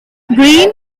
green